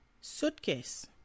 Suitcase